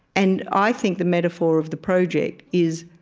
and i think the metaphor of the project is,